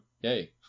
Yay